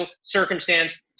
circumstance